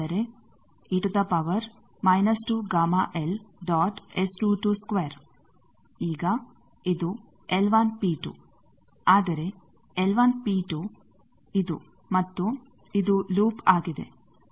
ಈಗ ಇದು ಆದರೆ ಇದು ಮತ್ತು ಇದು ಲೂಪ್ ಆಗಿದೆ